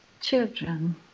Children